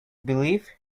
believe